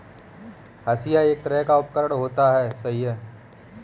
हंसिआ एक तरह का उपकरण होता है